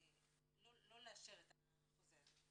לא לאשר את החוזה.